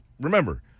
remember